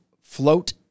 Float